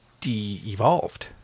de-evolved